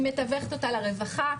היא מתווכת אותה לרווחה,